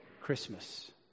Christmas